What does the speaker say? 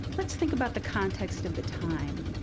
let's think about the context of the time.